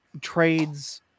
trades